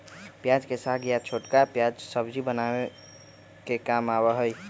प्याज के साग या छोटका प्याज सब्जी बनावे के काम आवा हई